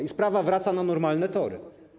I sprawa wraca na normalne tory.